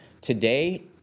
today